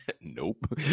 Nope